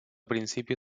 principio